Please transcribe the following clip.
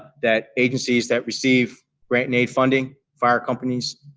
that agencies that receive grant-and-aid funding fire companies,